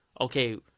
okay